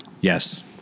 yes